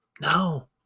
No